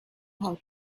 how